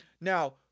Now